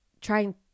trying